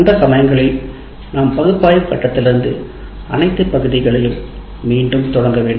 அந்த சமயங்களில் நாம் பகுப்பாய்வு கட்டத்திலிருந்து மீண்டும் தொடங்க வேண்டும்